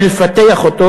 ולפתח אותו